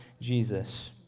Jesus